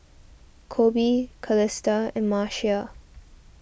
Koby Calista and Marcia